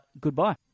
goodbye